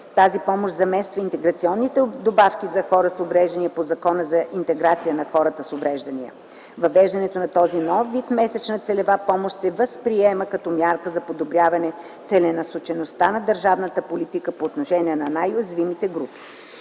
Тази помощ замества интеграционните добавки за хора с увреждания по Закона за интеграция на хората с увреждания. Въвеждането на този нов вид месечна целева помощ се възприема като мярка за подобряване целенасочеността на държавната политика по отношение на най-уязвимите групи.